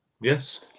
Yes